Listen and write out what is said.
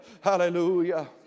hallelujah